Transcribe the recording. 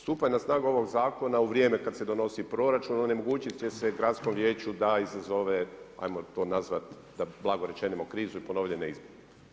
Stupanje na snagu ovog zakona u vrijeme kad se donosi proračun onemogućit će se i gradskom vijeću da izazove, hajmo to nazvat da blago rečemo krizu i ponovljene izbore.